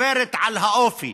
גוברת על האופי